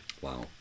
Wow